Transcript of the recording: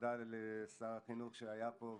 תודה לשר החינוך שהיה פה,